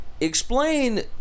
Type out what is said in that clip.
explain